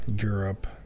Europe